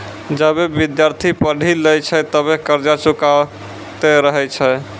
जबे विद्यार्थी पढ़ी लै छै तबे कर्जा चुकैतें रहै छै